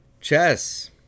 Chess